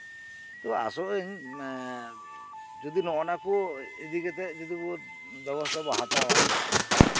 ᱟᱥᱚᱜ ᱨᱮ ᱟᱹᱧ ᱡᱚᱫᱤ ᱱᱚᱜ ᱱᱟ ᱠᱚ ᱤᱫᱤ ᱠᱟᱛᱮᱜ ᱡᱚᱫᱤ ᱵᱚ ᱵᱮᱵᱚᱥᱛᱷᱟ ᱵᱚ ᱦᱟᱛᱟᱣᱟ